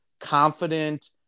confident